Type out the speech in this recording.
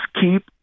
keep